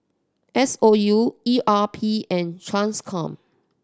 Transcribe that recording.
S O U E R P and Transcom